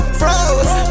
froze